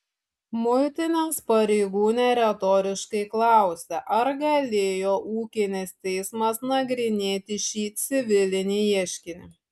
muitinės pareigūnė retoriškai klausia ar galėjo ūkinis teismas nagrinėti šį civilinį ieškinį